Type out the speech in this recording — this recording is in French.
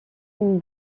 une